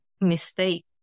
mistake